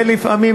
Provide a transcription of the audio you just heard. ולפעמים,